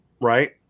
right